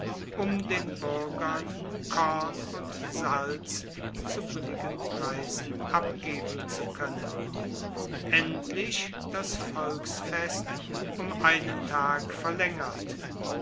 um den buergern korn und salz zu billigen preisen abgeben zu koennen endlich das volksfest um einen tag verlaengert